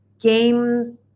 game